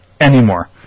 Anymore